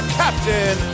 captain